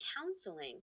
counseling